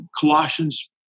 Colossians